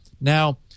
Now